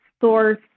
source